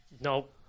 Nope